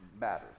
matters